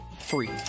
free